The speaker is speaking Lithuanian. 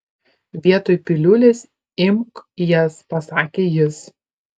vietoj piliulės imk jas pasakė jis